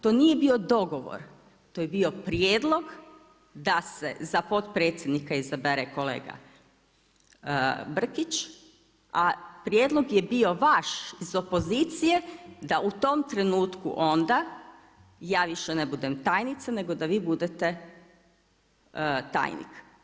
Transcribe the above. To nije bio dogovor, to je bio prijedlog, da se za potpredsjednik izabere kolega Brkić, a prijedlog je bio vaš iz opozicije da u tom trenutku onda, ja više ne budem tajnica, nego da vi budete tajnik.